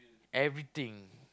everything